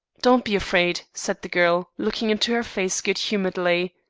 don't be afraid said the girl, looking into her face good-humouredly.